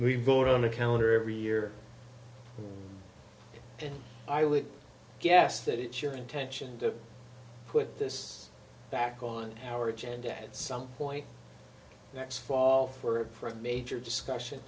we vote on a calendar every year and i would guess that it your intention to put this back on our agenda at some point next fall for a major discussion